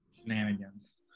Shenanigans